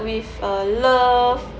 with uh love